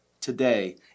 today